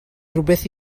rywbeth